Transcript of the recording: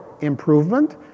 improvement